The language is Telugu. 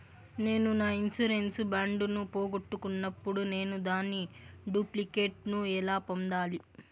నేను నా ఇన్సూరెన్సు బాండు ను పోగొట్టుకున్నప్పుడు నేను దాని డూప్లికేట్ ను ఎలా పొందాలి?